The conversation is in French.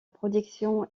production